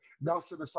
Nelson